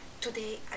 today